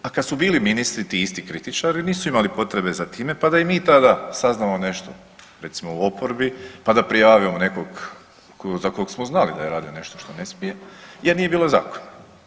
A kad su bili ministri ti isti kritičari nisu imali potrebe za time, pa da i mi tada saznamo nešto recimo u oporbi, pa da prijavimo nekog za kog smo znali da je radio nešto što ne smije jer nije bilo zakona.